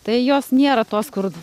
tai jos nėra tos kur